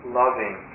loving